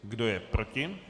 Kdo je proti?